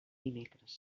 dimecres